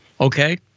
okay